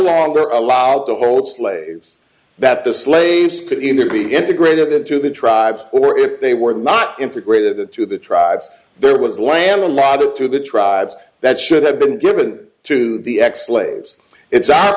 longer allowed to hold slaves that the slaves put in their being integrated into the tribes or if they were not integrated into the tribes there was land a law to the tribes that should have been given to the ex slaves it's our